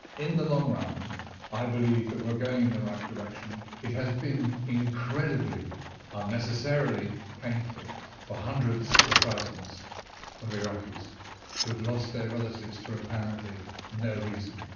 in the long run um i believe that we are going in the right direction. it has been incredibly unnecessarily painful for hundreds of thousands of iraqis who have lost their relatives for apparently no reason,